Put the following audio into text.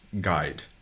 guide